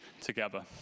together